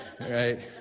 Right